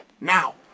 Now